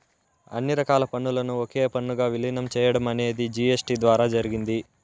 అన్ని రకాల పన్నులను ఒకే పన్నుగా విలీనం చేయడం అనేది జీ.ఎస్.టీ ద్వారా జరిగింది